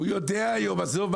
הוא יודע היום, עזוב.